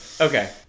Okay